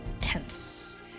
tense